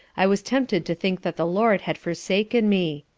i was tempted to think that the lord had forsaken me.